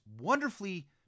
wonderfully